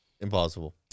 Impossible